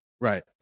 Right